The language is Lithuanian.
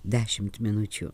dešimt minučių